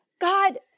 God